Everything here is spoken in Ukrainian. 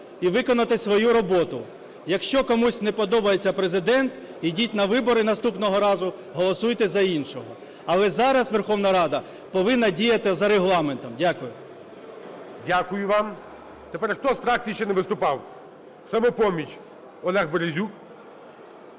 і виконати свою роботу. Якщо комусь не подобається Президент, йдіть на вибори наступного разу, голосуйте за іншого. Але зараз Верховна Рада повинна діяти за Регламентом. Дякую. ГОЛОВУЮЧИЙ. Дякую вам. Тепер, хто з фракцій ще не виступав? "Самопоміч", Олег Березюк.